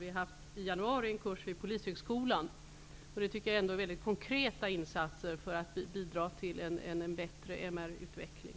Vi har i januari haft en kurs vid Polishögskolan. Det är väldigt konkreta insatser för att bidra till en bättre MR-utveckling.